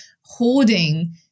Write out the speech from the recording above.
hoarding